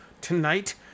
Tonight